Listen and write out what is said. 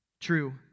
true